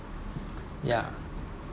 ya